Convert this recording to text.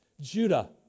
Judah